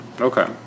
Okay